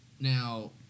Now